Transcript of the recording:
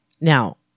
Now